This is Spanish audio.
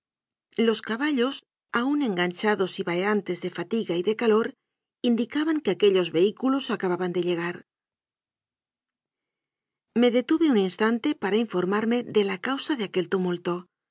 los caballos aún enganchados y vaheantes de fatiga y de calor indicaban que aquellos vehículos acababan de llegar me detuve un instante para informarme de la causa de aquel tumulto